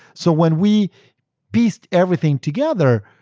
so when we pieced everything together,